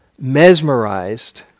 mesmerized